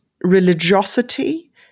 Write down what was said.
religiosity